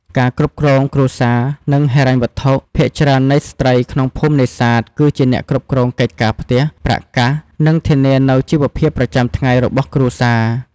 ការគ្រប់គ្រងគ្រួសារ និងហិរញ្ញវត្ថុ ភាគច្រើននៃស្ត្រីក្នុងភូមិនេសាទ គឺជាអ្នកគ្រប់គ្រងកិច្ចការផ្ទះ ប្រាក់កាស និងធានានូវជីវភាពប្រចាំថ្ងៃរបស់គ្រួសារ។